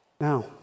now